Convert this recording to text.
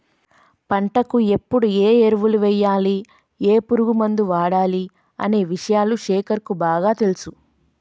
పంటకు ఎప్పుడు ఏ ఎరువులు వేయాలి ఏ పురుగు మందు వాడాలి అనే విషయాలు శేఖర్ కు బాగా తెలుసు